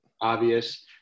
obvious